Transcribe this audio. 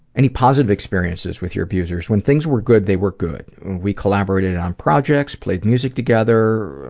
any positive experiences with your abusers? when things were good, they were good. we collaborated on projects, played music together.